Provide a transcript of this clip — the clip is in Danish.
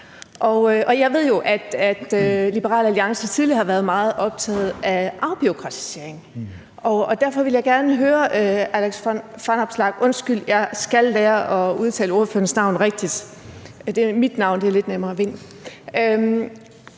jeg ved jo, at Liberal Alliance tidligere har været meget optaget af afbureaukratisering. Derfor vil jeg gerne høre hr. Alex Vanopslagh – jeg skal lære at udtale ordførerens navn rigtigt; mit navn, Vind, er lidt nemmere –